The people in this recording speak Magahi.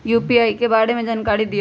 यू.पी.आई के बारे में जानकारी दियौ?